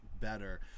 better